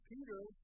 Peter